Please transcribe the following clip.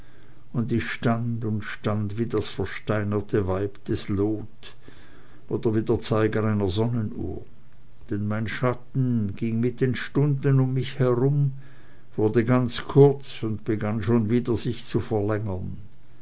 und ich stand und stand wie das versteinerte weib des lot oder wie der zeiger einer sonnenuhr denn mein schatten ging mit den stunden um mich herum wurde ganz kurz und begann schon wieder sich zu verlängern